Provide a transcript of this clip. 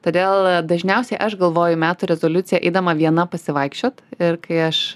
todėl dažniausiai aš galvoju metų rezoliuciją eidama viena pasivaikščiot ir kai aš